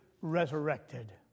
resurrected